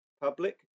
Public